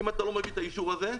אם אתה לא מביא את האישור הזה,